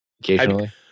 Occasionally